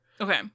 Okay